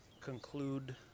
conclude